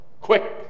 quick